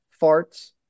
farts